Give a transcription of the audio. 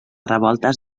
revoltes